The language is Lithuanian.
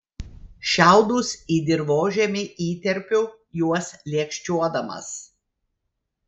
šiaudus į dirvožemį įterpiu juos lėkščiuodamas